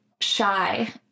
shy